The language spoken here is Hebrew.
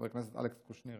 חבר הכנסת אלכס קושניר,